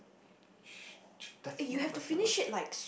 that's not that's not what